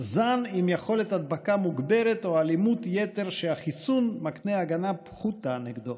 זן עם יכולת הדבקה מוגברת או אלימות-יתר שהחיסון מקנה הגנה פחותה נגדו.